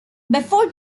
before